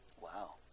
Wow